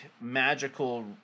magical